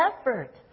effort